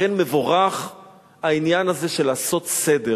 לכן מבורך העניין הזה של לעשות סדר